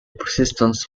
persistence